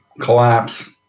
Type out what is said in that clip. collapse